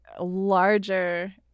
larger